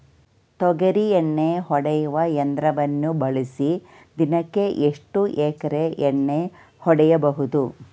ತೊಗರಿ ಎಣ್ಣೆ ಹೊಡೆಯುವ ಯಂತ್ರವನ್ನು ಬಳಸಿ ದಿನಕ್ಕೆ ಎಷ್ಟು ಎಕರೆ ಎಣ್ಣೆ ಹೊಡೆಯಬಹುದು?